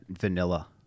vanilla